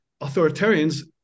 authoritarians